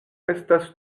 estas